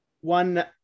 one